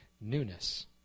newness